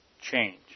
change